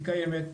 היא קיימת,